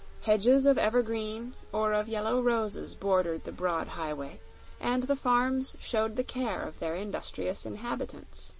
hedges of evergreen or of yellow roses bordered the broad highway and the farms showed the care of their industrious inhabitants.